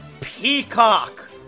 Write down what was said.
Peacock